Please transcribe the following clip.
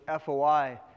FOI